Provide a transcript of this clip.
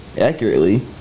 accurately